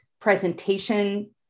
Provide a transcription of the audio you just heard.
presentation